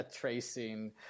tracing